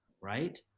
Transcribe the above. right